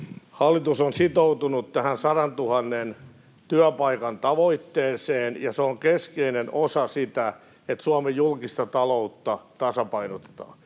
Hallitus on sitoutunut tähän 100 000 työpaikan tavoitteeseen, ja se on keskeinen osa sitä, että Suomen julkista taloutta tasapainotetaan.